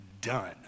done